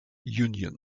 union